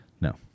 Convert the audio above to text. No